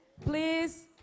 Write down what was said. please